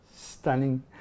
stunning